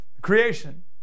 Creation